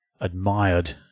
admired